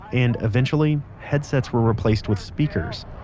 and eventually headsets were replaced with speakers.